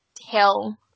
Hill